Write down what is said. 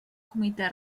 comitè